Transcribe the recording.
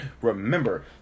Remember